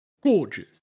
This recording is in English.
Gorgeous